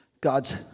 God's